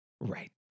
Right